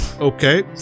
okay